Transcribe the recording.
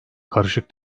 karışık